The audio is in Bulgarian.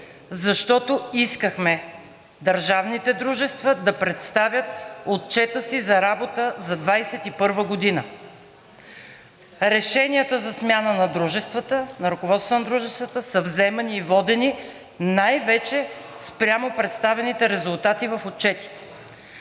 защото искахме държавните дружества да представят Отчета си за работата за 2021 г. Решенията за смяна на дружествата, на ръководствата на дружествата са вземани и водени най-вече спрямо представените резултати в отчетите.